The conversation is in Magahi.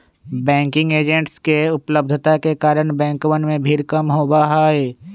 बैंकिंग एजेंट्स के उपलब्धता के कारण बैंकवन में भीड़ कम होबा हई